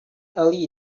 early